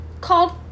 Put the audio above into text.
called